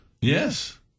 yes